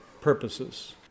purposes